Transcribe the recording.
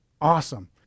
Awesome